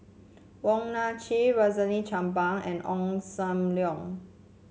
Wong Nai Chin Rosaline Chan Pang and Ong Sam Leong